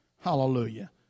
Hallelujah